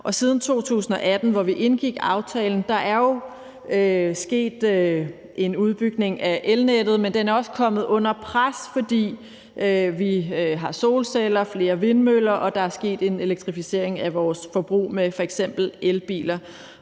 Siden 2018, hvor vi indgik aftalen, er der jo sket en udbygning af elnettet, men den er også kommet under pres, fordi vi har solceller og flere vindmøller og der er sket en elektrificering af vores forbrug med f.eks. elbiler.